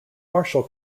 marshall